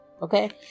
okay